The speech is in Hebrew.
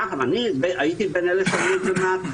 דרך אגב, הייתי בין אלה שאמרו את זה מההתחלה,